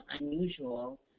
unusual